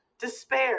despair